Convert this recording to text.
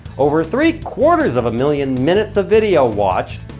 over three quarters of a million minutes of video watched.